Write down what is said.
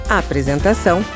apresentação